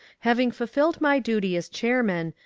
having fulfilled my duty as chairman,